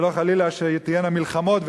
ולא חלילה שתהיינה מלחמות,